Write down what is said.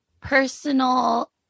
personal